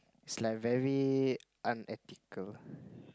it's like very unethical